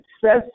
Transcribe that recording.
success